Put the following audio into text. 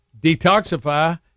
detoxify